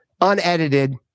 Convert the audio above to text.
unedited